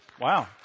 Wow